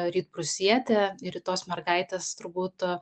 rytprūsietę ir į tos mergaitės turbūt